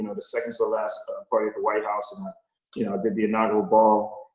you know the second to the last party at the white house and you know did the inaugural ball,